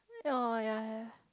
oh yeah yeah